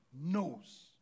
knows